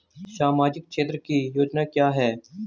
सामाजिक क्षेत्र की योजना क्या है?